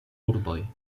urboj